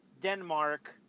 Denmark